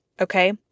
okay